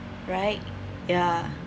right yeah